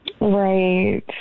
Right